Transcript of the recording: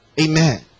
Amen